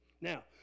Now